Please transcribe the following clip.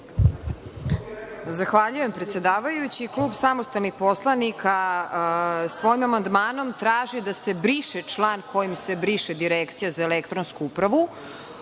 Zahvaljujem, predsedavajući. Klub samostalnih poslanika svojim amandmanom traži da se briše član kojim se briše Direkcija za elektronsku upravu,